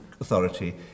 authority